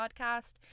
podcast